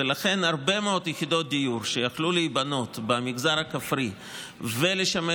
ולכן הרבה מאוד יחידות דיור שיכלו להיבנות במגזר הכפרי ולשמש